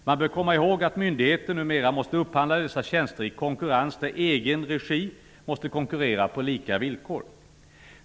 Man bör komma ihåg att myndigheter numera måste upphandla dessa tjänster i konkurrens där ''egen regi'' måste konkurrera på lika villkor.